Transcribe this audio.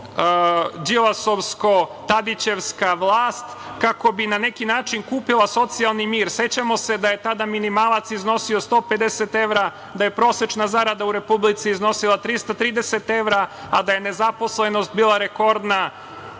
tajkunsko-đilasovsko-tadićevska vlast kako bi na neki način kupila socijalni mir. Sećamo se da je tada minimalac iznosio 150 evra, da je prosečna zarada u Republici Srbiji iznosila 330 evra, a da je nezaposlenost bila rekordna,